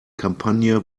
kampagne